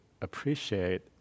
appreciate